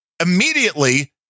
immediately